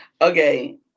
Okay